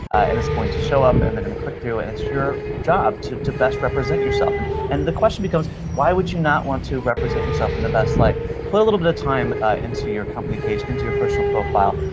and it's going to show up, and they're going to click through it. and it's your job to to best represent yourself. and the question becomes, why would you not want to represent yourself in the best light? put a little bit of time ah into your company page, into your personal profile,